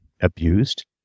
abused